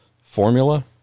formula